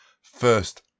first